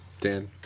Dan